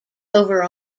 over